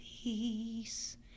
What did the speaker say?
peace